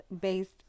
based